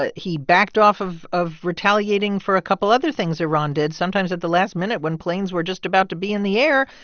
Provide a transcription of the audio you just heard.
ah he backed off of of retaliating for a couple other things iran did, sometimes at the last minute, when planes were just about to be in the air.